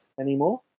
anymore